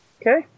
okay